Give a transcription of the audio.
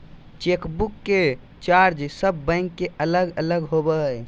chequebook के charge सब bank के अलग अलग होबा हइ